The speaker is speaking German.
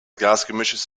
gasgemischs